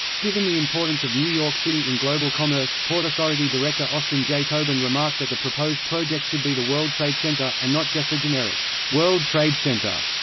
given the importance of new york city in global commerce, port authority director austin j. tobin remarked that the proposed project should be the world trade center, and not just a generic world trade center.